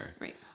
Right